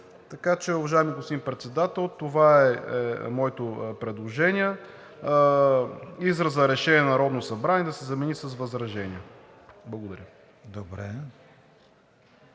Така че, уважаеми господин Председател, това е моето предложение: изразът „решение на Народното събрание“ да се замени с „възражение“. Благодаря.